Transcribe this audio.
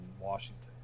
Washington